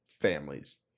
families